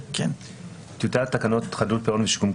תקנות לפי חוק חדלות פירעון.